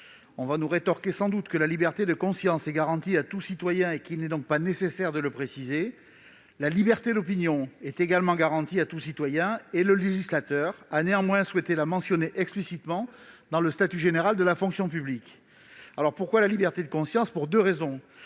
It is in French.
On nous rétorquera sans doute que la liberté de conscience est garantie à tout citoyen et qu'une telle précision n'est pas nécessaire. Mais la liberté d'opinion est également garantie à tout citoyen ; le législateur a néanmoins souhaité la mentionner explicitement dans le statut général de la fonction publique. Nous proposons cette évolution pour deux raisons.